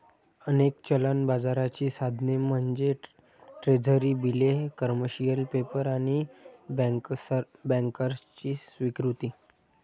अनेक चलन बाजाराची साधने म्हणजे ट्रेझरी बिले, कमर्शियल पेपर आणि बँकर्सची स्वीकृती